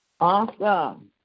Awesome